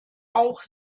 auch